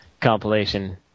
compilation